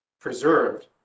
preserved